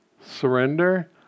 Surrender